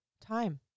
time